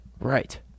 Right